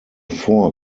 four